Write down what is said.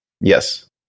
Yes